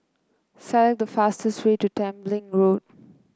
select the fastest way to Tembeling Road